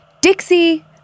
Dixie